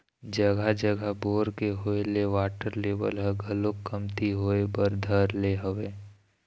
जघा जघा बोर के होय ले वाटर लेवल ह घलोक कमती होय बर धर ले हवय